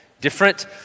different